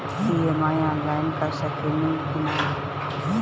EMI online कर सकेनी की ना?